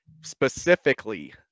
Specifically